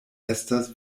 estas